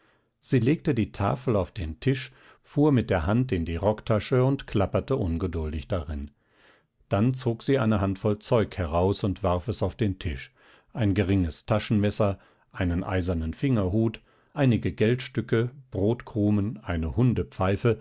sie legte die tafel auf den tisch fuhr mit der hand in die rocktasche und klapperte ungeduldig darin dann zog sie eine handvoll zeug heraus und warf es auf den tisch ein geringes taschenmesser einen eisernen fingerhut einige geldstücke brotkrumen eine